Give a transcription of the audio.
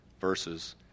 verses